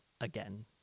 again